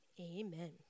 Amen